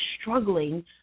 struggling